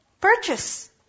purchase